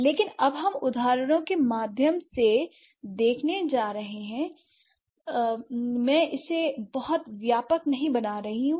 लेकिन अब हम उदाहरणों के माध्यम से देखने जा रहे हैं l मैं इसे बहुत व्यापक नहीं बना रही हूँ